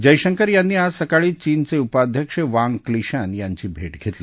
जयशंकर यांनी आज सकाळी चीनचे उपाध्यक्ष वांग क्वीशान यांची भेट घेतली